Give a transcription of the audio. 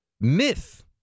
myth